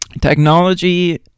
technology